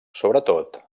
sobretot